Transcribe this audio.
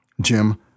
Jim